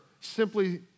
simply